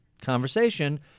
conversation